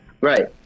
Right